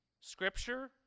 scripture